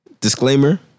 disclaimer